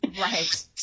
Right